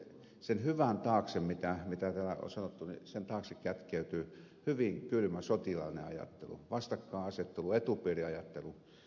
mutta kyllä sen hyvän taakse mitä täällä on sanottu kätkeytyy hyvin kylmä sotilaallinen ajattelu vastakkainasettelu etupiiriajattelu